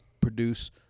produce